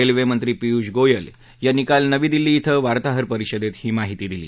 railway मंत्री पीयुष गोयल यांनी काल नवी दिल्ली इं वार्ताहर परिषदेत ही माहिती दिली